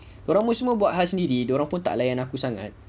dia orang semua buat hal sendiri dia orang pun tak layan aku sangat